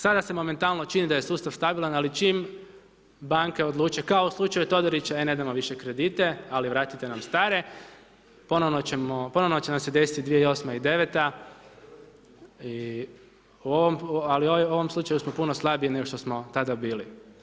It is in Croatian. Sada se momentalno čini da je sustav stabilan, ali čim banke odluče, kao u slučaju Todorić, e ne damo više kredite, ali vratite nam stare, ponovno će nam se desiti 2008. i 9. ali u ovom slučaju smo puno slabiji nego što smo tada bili.